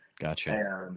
Gotcha